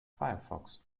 firefox